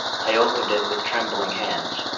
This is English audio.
i opened it with trembling hands.